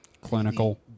clinical